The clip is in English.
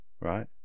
right